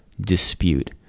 dispute